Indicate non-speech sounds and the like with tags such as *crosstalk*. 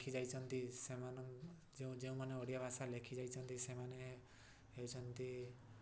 ଲେଖି ଯାଇଛନ୍ତି ସେମାନ *unintelligible* ଯେଉଁମାନେ ଓଡ଼ିଆ ଭାଷା ଲେଖିଯାଇଛନ୍ତି ସେମାନେ ହେଉଛନ୍ତି